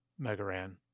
Megaran